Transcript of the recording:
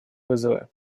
вызовы